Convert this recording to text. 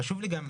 חשוב לי גם,